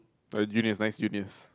uh juniors nice juniors